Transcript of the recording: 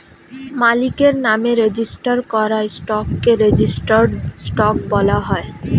মালিকের নামে রেজিস্টার করা স্টককে রেজিস্টার্ড স্টক বলা হয়